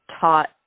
taught